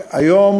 היום,